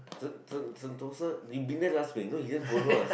Sen~ sen~ Sentosa we been there last week no you didn't follow us